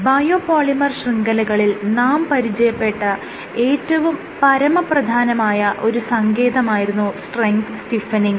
biopolymer ശൃംഖലകളിൽ നാം പരിചയപ്പെട്ട ഏറ്റവും പരമപ്രധാനമായ ഒരു സങ്കേതമായിരുന്നു സ്ട്രെങ്ത് സ്റ്റിഫെനിങ്